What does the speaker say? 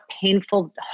painful